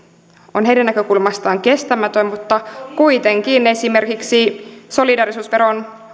on heidän näkökulmastaan kestämätön mutta kuitenkin esimerkiksi solidaarisuusveron